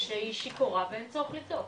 שהיא שיכורה ואין צורך לבדוק,